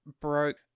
broke